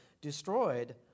destroyed